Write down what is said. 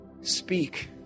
speak